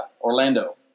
Orlando